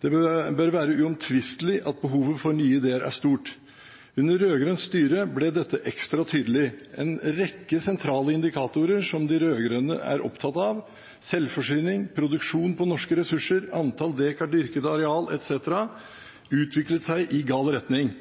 det bør være uomtvistelig at behovet for nye ideer er stort. Under rød-grønt styre ble dette ekstra tydelig: En rekke sentrale indikatorer som de rød-grønne er opptatt av – selvforsyning, produksjon på norske ressurser, antall dekar dyrket areal etc. – utviklet seg i gal retning.